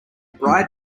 bride